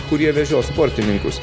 kurie vežios sportininkus